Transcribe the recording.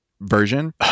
version